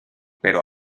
pero